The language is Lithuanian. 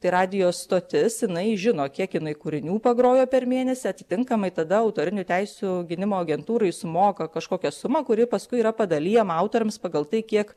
tai radijo stotis jinai žino kiek jinai kūrinių pagrojo per mėnesį atitinkamai tada autorinių teisių gynimo agentūrai sumoka kažkokią sumą kuri paskui yra padalijama autoriams pagal tai kiek